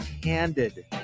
candid